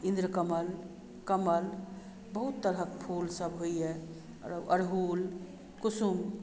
इन्द्रकमल कमल बहुत तरहक फूलसभ होइए अड़हुल कुसुम